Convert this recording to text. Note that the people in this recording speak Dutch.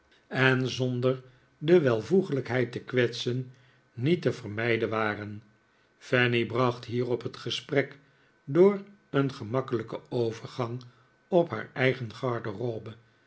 en zonder de welvoeglijkheid te kwetsen niet te vermijden waren fanny bracht hierop het gesprek door een gemakkelijken overgang op haar eigen garderobe